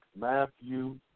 Matthew